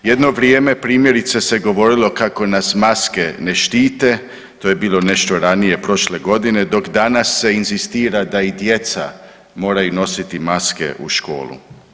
Jedno vrijeme, primjerice se govorilo kako nas maske ne štite, to je bilo nešto ranije prošle godine, dok danas se inzistira da i djeca moraju nositi maske u školu.